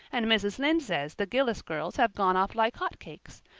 and mrs. lynde says the gillis girls have gone off like hot cakes.